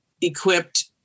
equipped